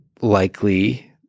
likely